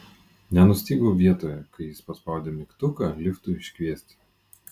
nenustygau vietoje kai jis paspaudė mygtuką liftui iškviesti